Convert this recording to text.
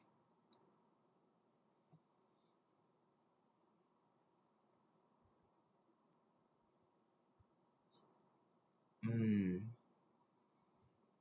mm